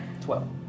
Twelve